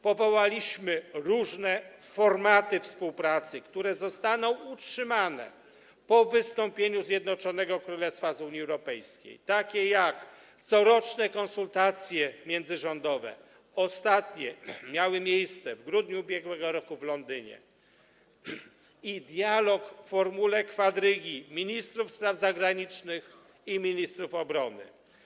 Powołaliśmy różne formaty współpracy, które zostaną utrzymane po wystąpieniu Zjednoczonego Królestwa z Unii Europejskiej, takie jak: coroczne konsultacje międzyrządowe, ostatnie miały miejsce w grudniu ub.r. w Londynie, i dialog w formule kwadrygi ministrów spraw zagranicznych i ministrów obrony.